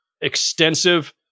extensive